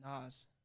Nas